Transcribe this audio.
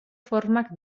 formak